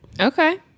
Okay